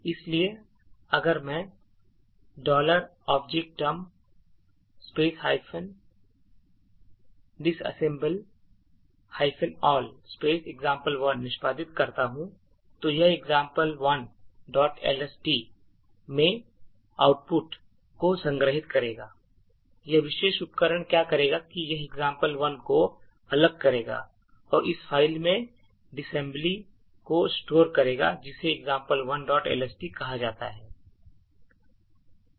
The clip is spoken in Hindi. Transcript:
इसलिए अगर मैं objdump -disassemble all example1 निष्पादित करता हूं तो यह example1lst में आउटपुट को संग्रहीत करेगा यह विशेष उपकरण क्या करेगा कि यह example1 को अलग करेगा और इस फ़ाइल में disassembly को store करेगा जिसे example1lst कहा जाता है